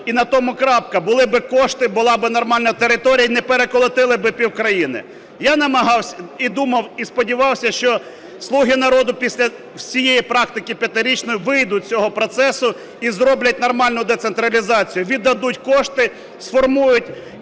і на тому крапка. Були би кошти, була би нормальна територія, і не переколотили би півкраїни. Я намагався, і думав, і сподівався, що "слуги народу" після цієї практики п'ятирічної вийдуть з цього процесу і зроблять нормальну децентралізацію, віддадуть кошти, сформують,